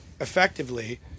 effectively